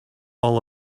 all